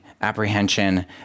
apprehension